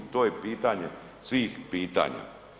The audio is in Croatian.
To je pitanje svih pitanja.